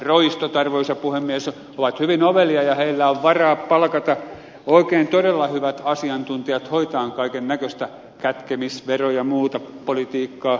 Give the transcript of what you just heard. roistot arvoisa puhemies ovat hyvin ovelia ja heillä on varaa palkata oikein todella hyvät asiantuntijat hoitamaan kaiken näköistä kätkemis vero ja muuta politiikkaa